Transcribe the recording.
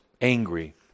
angry